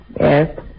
Yes